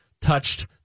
touched